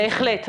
בהחלט,